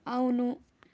అవును